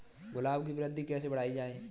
गुलाब की वृद्धि कैसे बढ़ाई जाए?